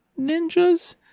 ninjas